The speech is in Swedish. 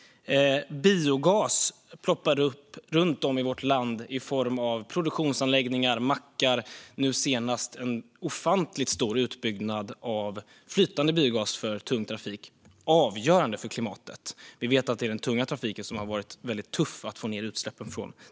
Biogas ploppar upp runt om i vårt land i form av produktionsanläggningar och mackar. Nu ser vi en ofantligt stor utbyggnad av flytande biogas för tung trafik, vilket är avgörande för klimatet. Vi vet ju att det är den tunga trafiken som det tidigare har varit väldigt tufft att få ned utsläppen från.